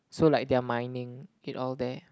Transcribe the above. so like they are mining it all there